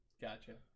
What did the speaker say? gotcha